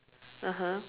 (uh huh)